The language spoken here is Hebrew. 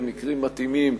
במקרים מתאימים,